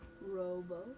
Robo